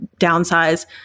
downsize